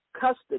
custody